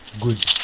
good